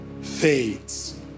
fades